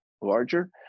larger